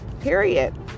period